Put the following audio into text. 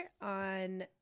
on